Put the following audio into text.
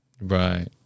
Right